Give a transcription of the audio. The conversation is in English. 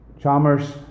Chalmers